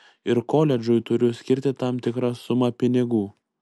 ir koledžui turiu skirti tam tikrą sumą pinigų